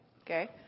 Okay